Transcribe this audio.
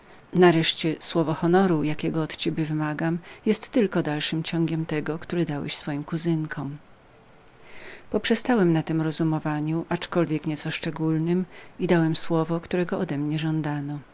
nareszcie słowo honoru jakiego od ciebie wymagam jest tylko dalszym ciągiem tego które dałeś twoim kuzynkom poprzestałem na tem rozumowaniu aczkolwiek nieco szczegółowem i dałem słowo którego po mnie